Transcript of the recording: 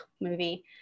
movie